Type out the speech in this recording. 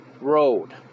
road